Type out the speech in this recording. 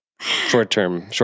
Short-term